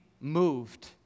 moved